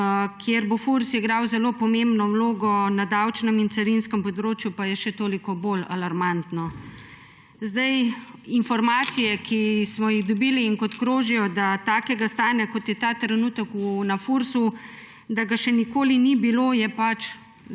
kjer bo Furs igral zelo pomembno vlogo na davčnem in carinskem področju, je pa še toliko bolj alarmantno. Informacije, ki smo jih dobili in ki krožijo, da takega stanja, kot je ta trenutek na Fursu, še nikoli ni bilo, so